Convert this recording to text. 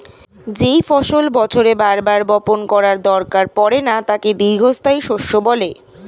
যেই ফসল বছরে বার বার বপণ করার দরকার পড়ে না তাকে দীর্ঘস্থায়ী শস্য বলে